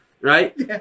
right